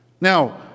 Now